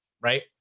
right